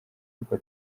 uko